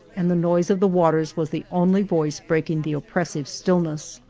and the noise of the waters was the only voice breaking the oppressive stillness.